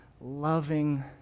loving